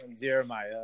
Jeremiah